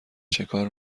چکار